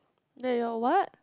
they all what